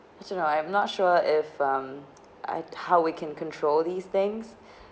as you know I'm not sure if um I how we can control these things